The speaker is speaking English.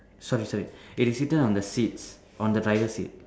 sorry sorry it is seated on the seats on the driver seat